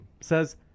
says